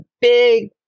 big